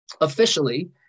officially